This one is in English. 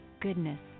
goodness